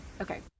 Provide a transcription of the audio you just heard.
Okay